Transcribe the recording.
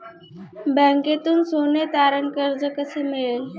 बँकेतून सोने तारण कर्ज कसे मिळेल?